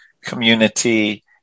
community